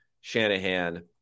shanahan